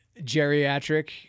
Geriatric